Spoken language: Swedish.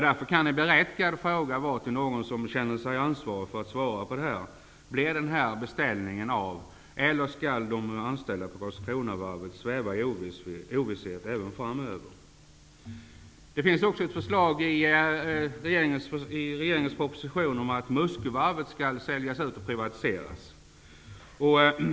En berättigad fråga till någon som känner sig ansvarig kan vara om beställningen blir av, eller om de anställda på Karlskronavarvet skall sväva i ovisshet även framöver. Det finns också ett förslag i regeringens proposition om att Muskövarvet skall säljas ut och privatiseras.